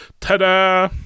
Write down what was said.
Ta-da